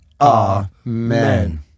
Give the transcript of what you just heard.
Amen